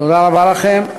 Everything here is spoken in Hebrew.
תודה רבה לכם.